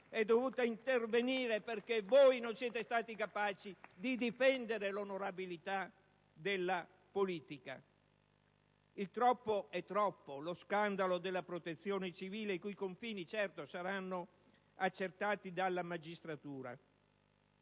è dovuta intervenire perché voi non siete stati capaci di difendere l'onorabilità della politica. Il troppo è troppo. Vi è lo scandalo della Protezione civile, i cui confini, certo, saranno accertati dalla magistratura,